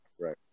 Right